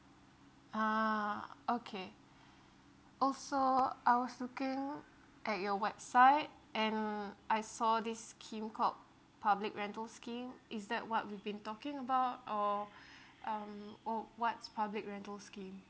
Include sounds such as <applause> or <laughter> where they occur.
ah okay also I was looking at your website and I saw this scheme called public rental scheme is that what we've been talking about or <breath> um op~ what's public rental scheme